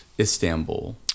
Istanbul